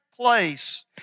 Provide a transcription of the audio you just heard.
place